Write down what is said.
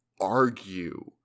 argue